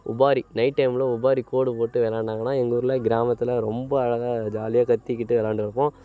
உபாரி night டைமில் உபாரி கோடு போட்டு விளாண்டாங்கன்னா எங்கள் ஊரில் கிராமத்தில் ரொம்ப அழகாக ஜாலியாக கத்திக்கிட்டு விளாண்டு இருப்போம்